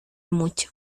mucho